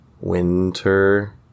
winter